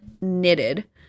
knitted